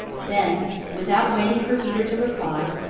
then without waiting for peter to reply,